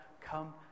Come